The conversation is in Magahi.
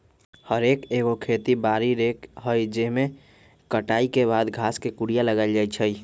हे रेक एगो खेती बारी रेक हइ जाहिमे कटाई के बाद घास के कुरियायल जाइ छइ